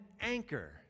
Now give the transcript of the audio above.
anchor